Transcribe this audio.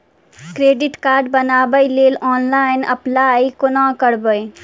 Credit card बनाबै लेल online apply कोना करबै?